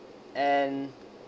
and